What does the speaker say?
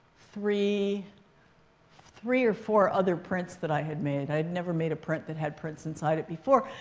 three three or four other prints that i had made. i had never made a print that had prints inside it before.